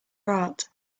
art